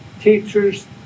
teachers